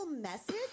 message